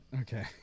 Okay